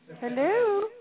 Hello